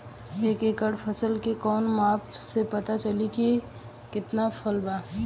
एक एकड़ फसल के कवन माप से पता चली की कितना फल बा?